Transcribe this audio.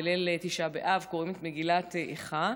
בליל תשעה באב קוראים את מגילת איכה,